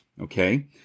okay